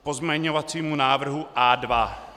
K pozměňovacímu návrhu A2.